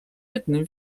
jednym